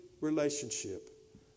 relationship